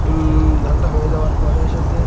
ধানটা হয়ে যাওয়ার পরে এসেছে